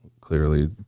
clearly